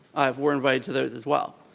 if we're invited to those as well.